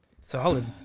Solid